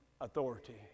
authority